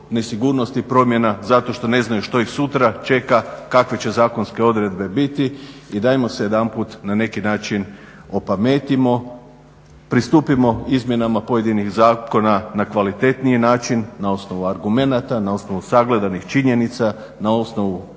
nesigurnosti promjena zato što ne znaju što ih sutra čeka, kakve će zakonske odredbe biti. I dajmo se jedanput na neki način opametimo, pristupimo izmjenama pojedinih zakona na kvalitetniji način, na osnovu argumenata, na osnovu sagledanih činjenica, na osnovu